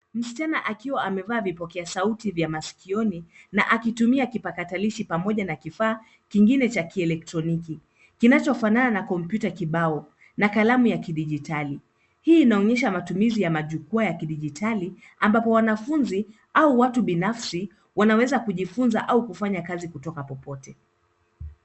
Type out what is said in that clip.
Msichana akiwa amevaa vipokea sauti vya masikioni, na akitumia kipakatalishi pamoja na kifaa kingine cha kielektroniki, kinachofanana na kompyuta kibao, na kalamu ya kidijitali. Hii inaonyesha matumizi ya majukwaa ya kidijitali, ambapo wanafunzi au watu binafsi, wanaweza kujifunza au kufanya kazi kutoka popote.